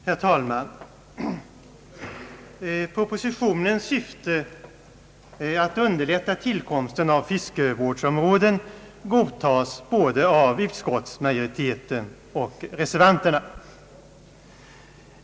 Herr talman! Propositionens syfte att underlätta tillkomsten av fiskevårdsområden godtas av både utskottsmajoriteten och reservanterna.